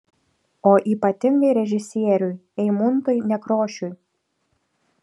o ypatingai režisieriui eimuntui nekrošiui